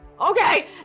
okay